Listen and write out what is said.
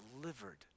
delivered